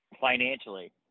financially –